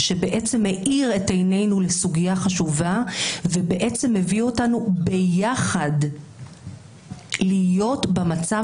שבעצם האיר את עיננו לסוגיה חשובה והביא אותנו ביחד להיות במצב